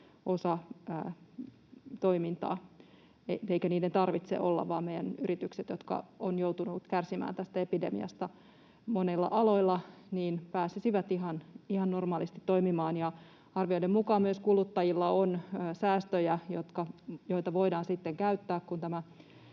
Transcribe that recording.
osa toimintaa, vaan meidän yritykset, jotka ovat joutuneet kärsimään tästä epidemiasta monilla aloilla, toivottavasti pääsevät ihan normaalisti toimimaan. Arvioiden mukaan kuluttajilla on säästöjä, joita voidaan sitten käyttää, kun tämä